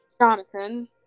Jonathan